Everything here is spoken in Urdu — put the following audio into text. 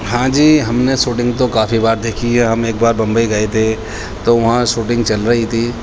ہاں جی ہم نے شوٹنگ تو کافی بار دیکھی ہے ہم ایک بار بمبئی گئے تھے تو وہاں شوٹنگ چل رہی تھی